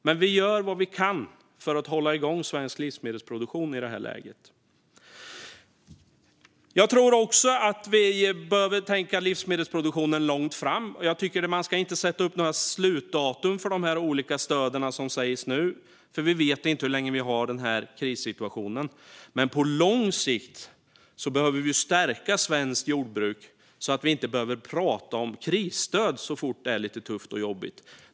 Men vi gör vad vi kan för att hålla igång svensk livsmedelsproduktion i det här läget. Jag tror också att vi behöver tänka på livsmedelsproduktionen långt fram i tiden. Man ska inte sätta upp några slutdatum för de olika stöden, för vi vet inte hur länge vi kommer att ha den här krissituationen. Men på lång sikt behöver vi stärka svenskt jordbruk, så att vi inte behöver prata om krisstöd så fort det är lite tufft och jobbigt.